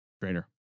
Trainer